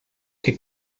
que